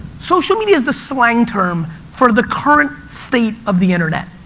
social media's the slang term for the current state of the internet.